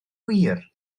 wir